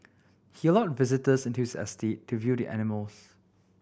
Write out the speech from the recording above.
he allowed visitors into his estate to view the animals